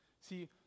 See